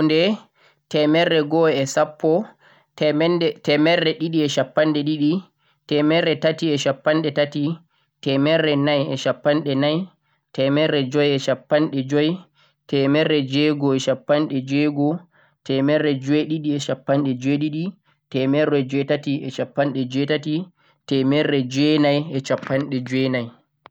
Houɗe, temerre go'o e sappa, temerre ɗiɗi e shappanɗe ɗiɗi, temerre tati e shappanɗe tati, temerre nai e shappanɗe nai, temerre joi e shappanɗe joi, temerre jweego e shappanɗe jweego, temerre jweeɗiɗi e shappanɗe jweeɗiɗi, temerre jweetati e shappanɗe jweetati, temerre jweenai e shappanɗe jweenai, ujunere